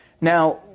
Now